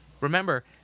remember